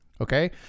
okay